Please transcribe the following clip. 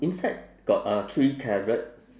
inside got uh three carrots